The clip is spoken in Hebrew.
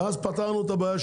ואז פתרנו את הבעיה.